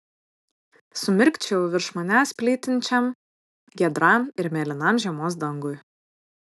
sumirkčiojau virš manęs plytinčiam giedram ir mėlynam žiemos dangui